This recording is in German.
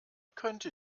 könnte